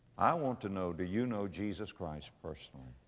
i want to know do you know jesus christ personally?